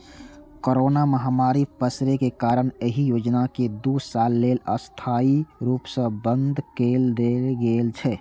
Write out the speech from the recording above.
corona महामारी पसरै के कारण एहि योजना कें दू साल लेल अस्थायी रूप सं बंद कए देल गेल छै